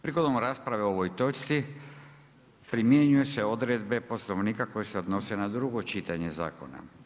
Prigodom rasprave o ovoj točci primjenjuju se odredbe poslovnika koji se odnosi na drugo čitanje zakona.